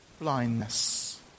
blindness